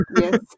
yes